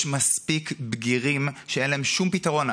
יש מספיק בגירים שאין להם שום פתרון.